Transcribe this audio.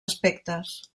aspectes